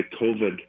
COVID